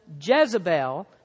Jezebel